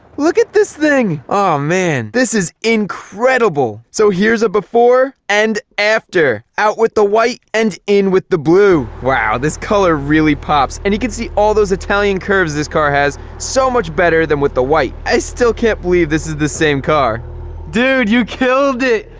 look at this thing. oh man, this is incredible, so here's a before and after out with the white and in with the blue wow, this color really pops and you can see all those italian curves. this car has so much better than with the white i still can't believe this is the same car dude. you killed it.